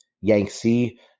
Yangtze